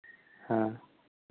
हाँ